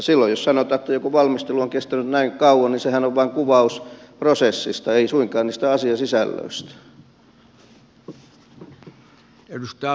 silloin jos sanotaan että joku valmistelu on kestänyt näin kauan niin sehän on vain kuvaus prosessista ei suinkaan niistä asiasisällöistä